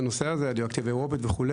הדירקטיבה האירופית וכו'.